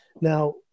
Now